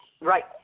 Right